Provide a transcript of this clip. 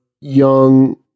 young